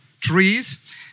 trees